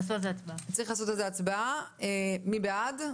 מי בעד?